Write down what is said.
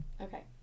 Okay